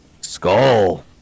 Skull